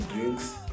drinks